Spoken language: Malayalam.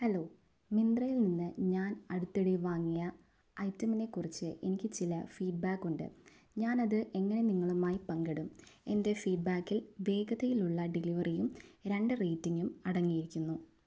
ഹലോ മിന്ത്രയിൽനിന്ന് ഞാൻ അടുത്തിടെ വാങ്ങിയ ഐറ്റമിനെക്കുറിച്ച് എനിക്ക് ചില ഫീഡ്ബാക്കുണ്ട് ഞാനത് എങ്ങനെ നിങ്ങളുമായി പങ്കിടും എൻ്റെ ഫീഡ്ബാക്കിൽ വേഗതയിലുള്ള ഡെലിവറിയും രണ്ട് റേറ്റിംഗും അടങ്ങിയിരിക്കുന്നു